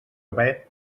web